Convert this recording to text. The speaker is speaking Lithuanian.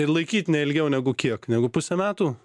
ir laikyt ne ilgiau negu kiek negu pusę metų